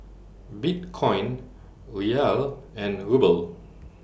Bitcoin Riyal and Ruble